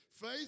Faith